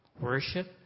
Worship